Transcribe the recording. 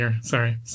Sorry